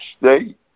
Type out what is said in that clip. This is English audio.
state